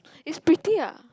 it's pretty ah